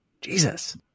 Jesus